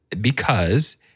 because-